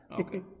Okay